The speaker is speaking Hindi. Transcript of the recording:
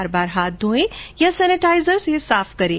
बार बार हाथ धोएं या सेनेटाइजर से साफ करें